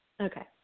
Okay